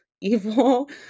evil